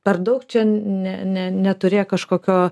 per daug čia ne ne neturėk kažkokio